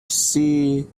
she